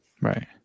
Right